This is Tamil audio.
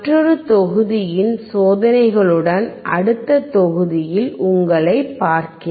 மற்றொரு தொகுதியின் சோதனைகளுடன் அடுத்த தொகுதியில் உங்களைப் பார்க்கிறேன்